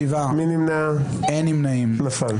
נפל.